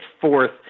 fourth